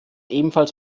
ebenfalls